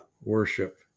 worship